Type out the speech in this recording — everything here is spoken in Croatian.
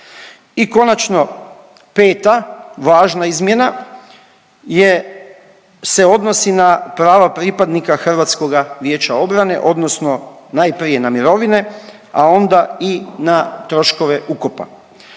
I konačno peta važna izmjena je se odnosi na prava pripadnika HVO-a odnosno najprije na mirovine, a onda i na troškove ukopa.